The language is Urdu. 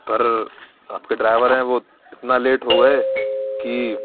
پر آپ کے ڈرائیور ہیں وہ اتنا لیٹ ہو گئے کہ